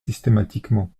systématiquement